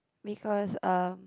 because uh